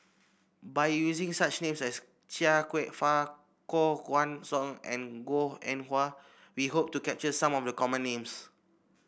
by using such names as Chia Kwek Fah Koh Guan Song and Goh Eng Wah we hope to capture some of the common names